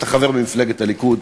אתה חבר במפלגת הליכוד.